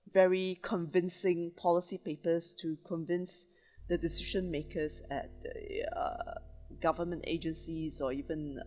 very convincing policy papers to convince the decision makers at the uh government agencies or even